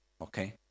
Okay